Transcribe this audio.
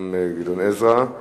גם חבר הכנסת גדעון עזרא בהצבעה.